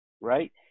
right